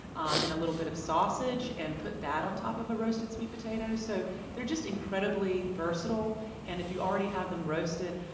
um and a little bit of sausage. he'll and put that on top of a roasted sweet potato. so they're just incredibly versatile and if you already have them roasted,